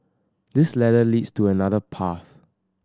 this ladder leads to another path